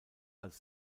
als